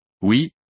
Oui